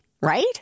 right